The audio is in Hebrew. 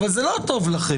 אבל זה לא טוב לכם.